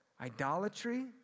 Idolatry